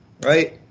right